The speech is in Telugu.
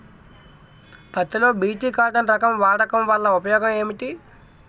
పత్తి లో బి.టి కాటన్ రకం వాడకం వల్ల ఉపయోగం ఏమిటి?